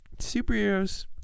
Superheroes